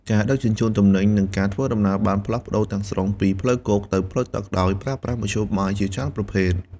ការដឹកជញ្ជូនទំនិញនិងការធ្វើដំណើរបានផ្លាស់ប្តូរទាំងស្រុងពីផ្លូវគោកទៅផ្លូវទឹកដោយប្រើប្រាស់មធ្យោបាយជាច្រើនប្រភេទ។